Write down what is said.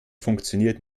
funktioniert